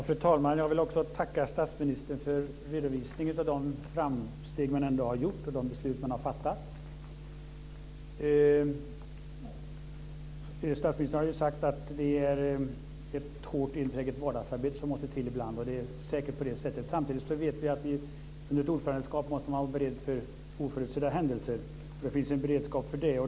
Fru talman! Jag vill också tacka statsministern för redovisningen av de framsteg man gjort och de beslut man fattat. Statsministern har sagt att det är ett hårt enträget vardagsarbete som måste till ibland. Det är säkert på det sättet. Samtidigt vet vi att under ett ordförandeskap måste man vara beredd på oförutsedda händelser. Det finns en beredskap för det.